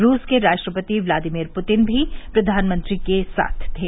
रूस के राष्ट्रपति व्लादिमिर पुतिन भी प्रधानमंत्री के साथ थे